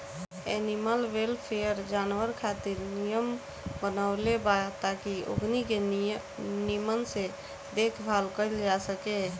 animal welfare, जानवर खातिर नियम बनवले बा ताकि ओकनी के निमन से देखभाल कईल जा सके